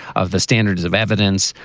of the standards of evidence,